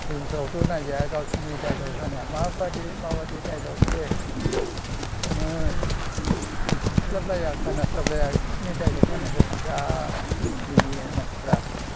फ्लिमफ्रावथ' नायजाया गावसोरनि डाइलक होनाया मा बायदि मा बायदि डाइलक होयो खुनु मिथिस्लाबलाया खोनास्लाबलाया बिसिनि डाइलक होन्नायखौ जा मिनियो मानसिफ्रा